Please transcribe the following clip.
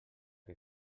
que